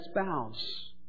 spouse